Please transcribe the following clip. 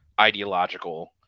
ideological